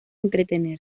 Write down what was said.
entretener